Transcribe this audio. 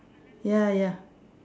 ya ya